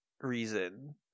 reason